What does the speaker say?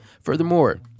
Furthermore